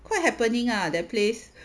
quite happening ah that place